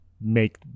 make